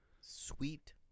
sweet